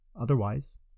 Otherwise